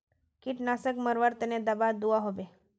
कीटनाशक मरवार तने दाबा दुआहोबे?